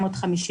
ספר.